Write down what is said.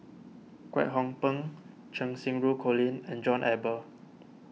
Kwek Hong Png Cheng Xinru Colin and John Eber